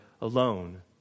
alone